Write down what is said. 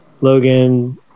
Logan